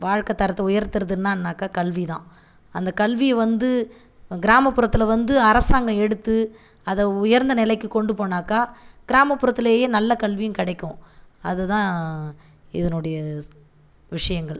வாழ்க்கை தரத்தை உயர்த்துறதுனா என்னாக்கா கல்வி தான் அந்த கல்வி வந்து கிராமபுறத்தில் வந்து அரசாங்கம் எடுத்து அதை உயர்ந்த நிலைக்கு கொண்டு போனாக்கா கிராமபுறத்துலேயே நல்ல கல்வியும் கிடைக்கும் அதுதான் இதனுடைய ஸ் விஷயங்கள்